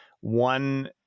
One